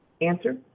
Answer